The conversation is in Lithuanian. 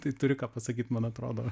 tai turi ką pasakyt man atrodo